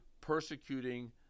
persecuting